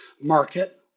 market